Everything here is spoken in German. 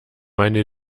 meine